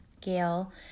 Gail